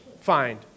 find